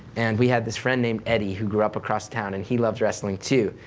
and we had this friend named eddie who grew up across town, and he loved wrestling, too.